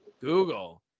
Google